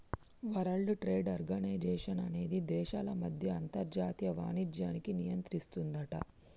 world Trade Organization అనేది దేశాల మధ్య అంతర్జాతీయ వాణిజ్యాన్ని నియంత్రిస్తుందట